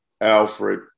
Alfred